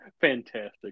Fantastic